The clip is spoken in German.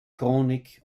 chronik